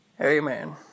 Amen